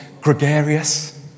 gregarious